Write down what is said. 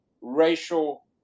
racial